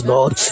Lord